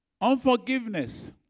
Unforgiveness